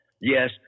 Yes